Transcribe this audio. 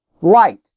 light